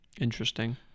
Interesting